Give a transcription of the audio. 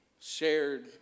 shared